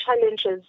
challenges